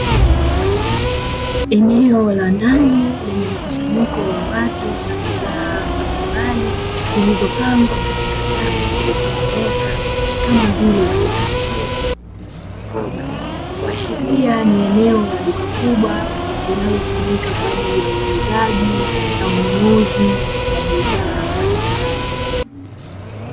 Eneo la ndani lenye mkusanyiko wa watu na bidhaa mbalimbali, zilizopangwa katika safu zilizonyooka. Kama vile viatu na mikoba kuashiria ni eneo la duka kubwa linalotumika kwa ajili ya uuzaji na ununuzi wa bidhaa mbalimbali.